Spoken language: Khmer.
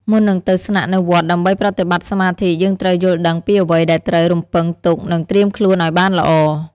មុននឹងទៅស្នាក់នៅវត្តដើម្បីប្រតិបត្តិសមាធិ យើងត្រូវយល់ដឹងពីអ្វីដែលត្រូវរំពឹងទុកនិងត្រៀមខ្លួនឱ្យបានល្អ។